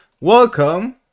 Welcome